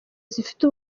zifite